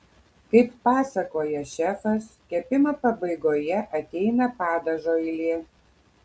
kaip pasakoja šefas kepimo pabaigoje ateina padažo eilė